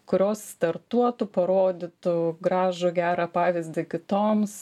kurios startuotų parodytų gražų gerą pavyzdį kitoms